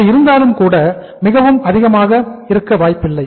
அது இருந்தாலும்கூட மிகவும் அதிகமாக இருக்காது